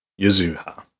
Yuzuha